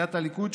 סיעת הליכוד,